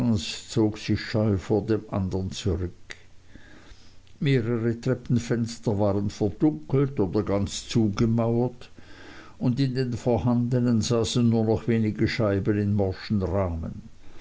vor dem andern zurück mehrere treppenfenster waren verdunkelt oder ganz zugemauert und in den vorhandenen saßen nur noch wenige scheiben in morschen rahmen